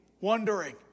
wondering